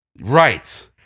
Right